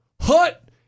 hut